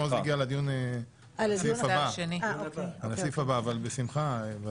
----- שהגיע לדיון בסעיף הבא אבל בשמחה.